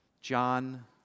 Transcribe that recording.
John